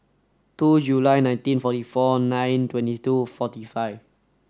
two July nineteen forty four nine twenty two forty five